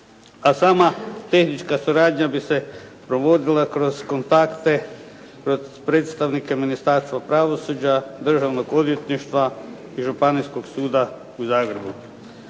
a sama tehnička suradnja bi se provodila kroz kontakte, kroz predstavnike Ministarstva pravosuđa, državnog odvjetništva i Županijskog suda u Zagrebu.